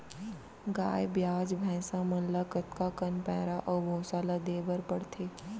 गाय ब्याज भैसा मन ल कतका कन पैरा अऊ भूसा ल देये बर पढ़थे?